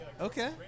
Okay